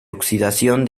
oxidación